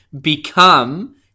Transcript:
become